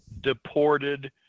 deported